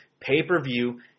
pay-per-view